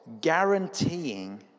guaranteeing